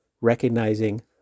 recognizing